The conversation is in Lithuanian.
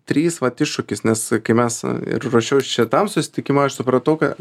trys vat iššūkis nes kai mes ir ruošiaus čia tam susitikimui aš supratau kad